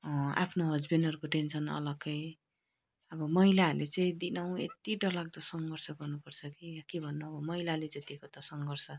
आफ्नो हस्बेन्डहरूको टेन्सन अलग्गै अब महिलाहरूले चाहिँ दिनहुँ यति डरलाग्दो सङ्घर्ष गर्नुपर्छ कि के भन्नु अब महिलाले जतिको त सङ्घर्ष